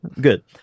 Good